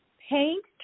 paint